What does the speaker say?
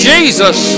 Jesus